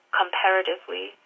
comparatively